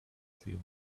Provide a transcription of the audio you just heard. field